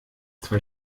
zwei